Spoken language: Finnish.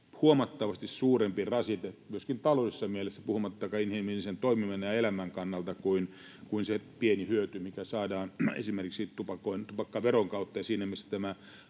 huomattavasti suurempi rasite myöskin taloudellisessa mielessä, puhumattakaan inhimillisen toiminnan ja elämän kannalta, kuin se pieni hyöty, mikä saadaan esimerkiksi tupakkaveron kautta. Siinä mielessä tämä